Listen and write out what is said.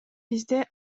бизде